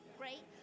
great